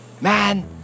Man